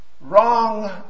wrong